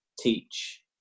teach